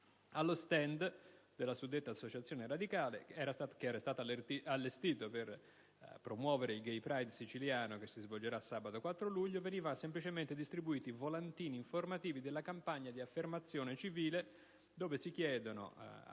Allo *stand* della suddetta Associazione radicale, allestito per promuovere il *Gay pride* siciliano che si svolgerà sabato 4 luglio, venivano semplicemente distribuiti volantini informativi della campagna di affermazione civile in cui si chiede a